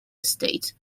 estate